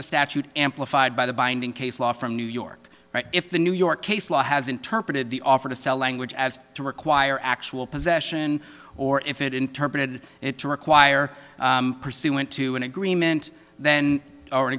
the statute amplified by the binding case law from new york but if the new york case law has interpreted the offer to sell language as to require actual possession or if it interpreted it to require pursuant to an agreement then